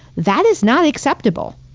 that is not acceptable.